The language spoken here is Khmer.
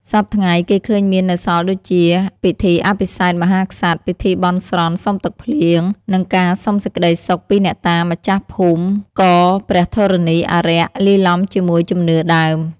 សព្វថ្ងៃ គេឃើញមាននៅសល់ដូចជា ពិធីអភិសេកមហាក្សត្រ ពិធីបន់ស្រន់សុំទឹកភ្លៀង និងការសុំសេចក្តីសុខពីអ្នកតាម្ចាស់ភូមិករ ព្រះធរណី អារក្ស (លាយឡំជាមួយជំនឿដើម)